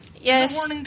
yes